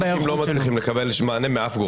מעסיקים לא מצליחים לקבל מענה מאף גורם.